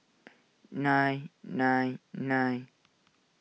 nine nine nine